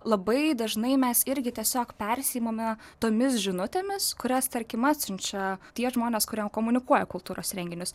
labai dažnai mes irgi tiesiog persiimame tomis žinutėmis kurias tarkim atsiunčia tie žmonės kurie komunikuoja kultūros renginius